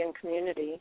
community